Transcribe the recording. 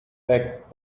back